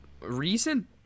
reason